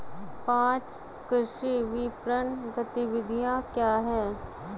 पाँच कृषि विपणन गतिविधियाँ क्या हैं?